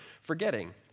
forgetting